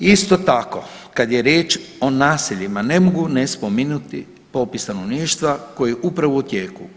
Isto tako kad je riječ o naseljima ne mogu ne spomenuti popis stanovništva koji je upravo u tijeku.